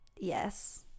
yes